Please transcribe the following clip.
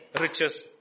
riches